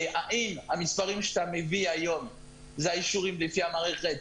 האם המספרים שאתה מביא היום זה האישורים לפי המערכת,